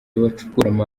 abacukura